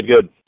good